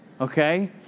okay